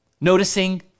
noticing